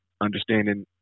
Understanding